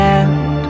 end